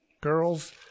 Girls